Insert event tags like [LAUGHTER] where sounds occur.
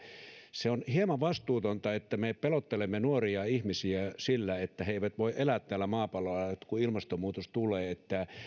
se on hieman vastuutonta että me pelottelemme nuoria ihmisiä sillä että he eivät voi elää täällä maapallolla kun ilmastonmuutos tulee [UNINTELLIGIBLE]